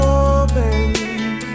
open